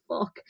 fuck